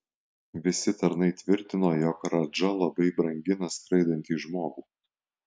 visi tarnai tvirtino jog radža labai brangina skraidantį žmogų